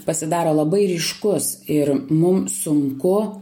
pasidaro labai ryškus ir mum sunku